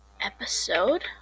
episode